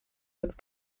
with